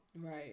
Right